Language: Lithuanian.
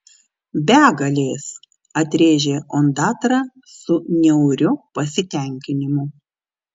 begalės atrėžė ondatra su niauriu pasitenkinimu